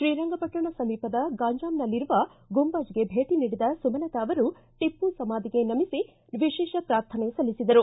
ಶ್ರೀರಂಗಪಟ್ಟಣ ಸಮೀಪದ ಗಂಜಾಂನಲ್ಲಿರುವ ಗುಂಬಜ್ಗೆ ಭೇಟಿ ನೀಡಿದ ಸುಮಲತಾ ಅವರು ಟಿಪ್ನು ಸಮಾಧಿಗೆ ನಮಿಸಿ ವಿಶೇಷ ಪಾರ್ಥನೆ ಸಲ್ಲಿಸಿದರು